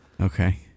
Okay